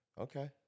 Okay